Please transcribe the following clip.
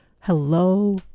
hello